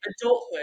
Adulthood